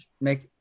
make